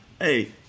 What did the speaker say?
Hey